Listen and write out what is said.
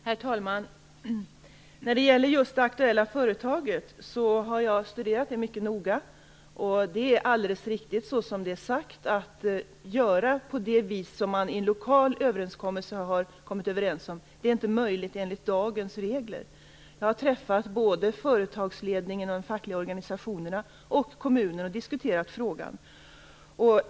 Herr talman! Jag har studerat det aktuella företaget mycket noga. Det Karin Starrin säger här är alldeles riktigt. Det man på det här företaget har kommit överens om i en lokal överenskommelse är inte möjligt med dagens regler. Jag har träffat såväl företagsledning och fackliga organisationer som representanter för kommunen och diskuterat frågan.